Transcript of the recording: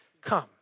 come